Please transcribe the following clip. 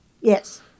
Yes